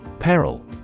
Peril